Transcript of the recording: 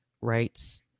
rights